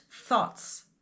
thoughts